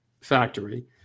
factory